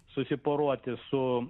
susiporuoti su